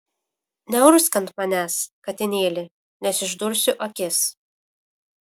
neurgzk ant manęs katinėli nes išdursiu akis